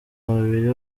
babiri